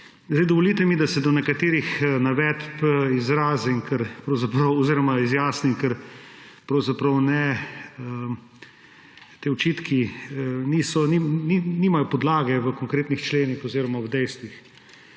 Dovolite mi, da se do nekaterih navedb izrazim oziroma izjasnim, ker pravzaprav ti očitki nimajo podlage v konkretnih členih oziroma v dejstvih.